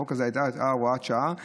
החוק הזה היה הוראת שעה,